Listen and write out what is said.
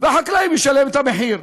והחקלאי משלם את המחיר.